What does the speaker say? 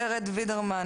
ורד וינדמן,